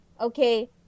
Okay